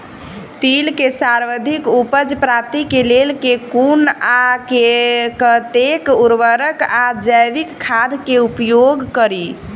तिल केँ सर्वाधिक उपज प्राप्ति केँ लेल केँ कुन आ कतेक उर्वरक वा जैविक खाद केँ उपयोग करि?